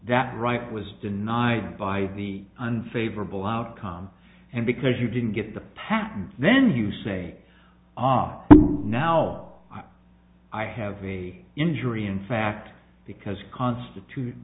that right was denied by the unfavorable outcome and because you didn't get the patent then you say ah now i have a injury in fact because constitute